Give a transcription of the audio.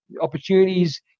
opportunities